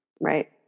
Right